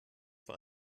vor